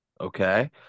Okay